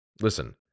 listen